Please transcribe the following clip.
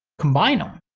combine them,